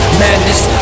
madness